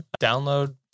download